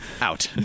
out